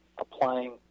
applying